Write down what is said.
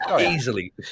easily